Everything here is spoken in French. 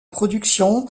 production